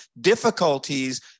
difficulties